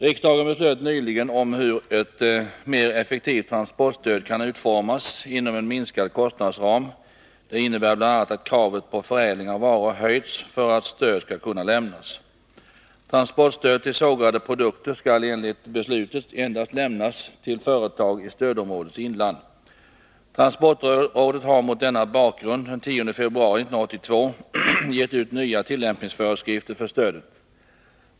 Riksdagens beslut nyligen om hur ett mer effektivt transportstöd kan utformas inom en minskad kostnadsram innebär bl.a. att kravet på förädling av varor höjts för att stöd skall kunna lämnas. Transportstöd till sågade produkter skall enligt beslutet endast lämnas till företag i stödområdets inland. Transportrådet har mot denna bakgrund den 10 februari 1982 gett ut nya tillämpningsföreskrifter för stödet.